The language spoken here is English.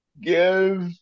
Give